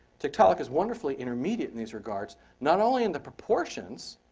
tiktaalik is wonderfully intermediate in these regards. not only in the proportions.